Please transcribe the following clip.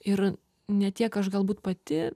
ir ne tiek aš galbūt pati